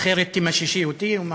אחרת תמששי אותי, או מה?